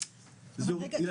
רגע,